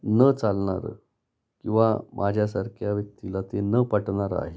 न चालणारं किंवा माझ्यासारख्या व्यक्तीला ते न पटणारं आहे